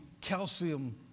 calcium